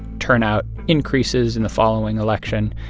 turnout increases in the following election.